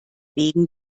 wegen